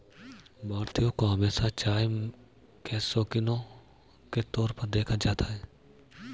भारतीयों को हमेशा चाय के शौकिनों के तौर पर देखा जाता है